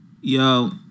Yo